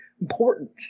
important